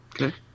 Okay